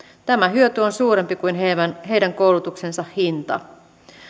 tämä hyöty on suurempi kuin heidän koulutuksensa hinta